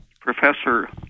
professor